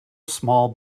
small